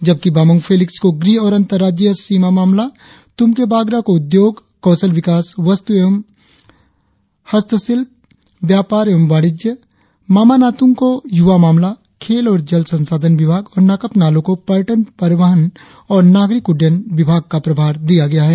जबकि बामंग फेलिक्स को गृह और अंतर्राज्यीय सीमा मामला तुमके बागरा को उद्योग कौशल विकास वस्तु एवं हस्तशिल्प व्यापार एवं वाणिज्य मामा नातृंग को युवा मामला खेल और जल संसाधन विभाग और नाकाप नालो को पर्यटन परिवहन और नागरिक उड़डयन विभाग का प्रभार दिया गया है